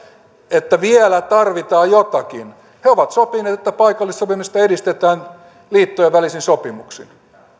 että vielä tarvitaan jotakin he ovat sopineet että paikallista sopimista edistetään liittojen välisin sopimuksin